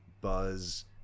Buzz